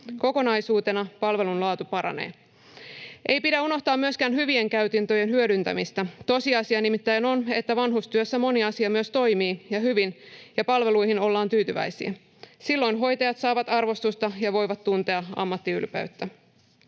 Kokonaisuutena palvelun laatu paranee. Ei pidä unohtaa myöskään hyvien käytäntöjen hyödyntämistä. Tosiasia nimittäin on, että vanhustyössä moni asia myös toimii hyvin ja palveluihin ollaan tyytyväisiä. Silloin hoitajat saavat arvostusta ja voivat tuntea ammattiylpeyttä.